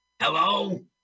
Hello